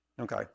Okay